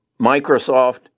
Microsoft